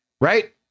Right